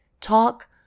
talk